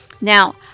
Now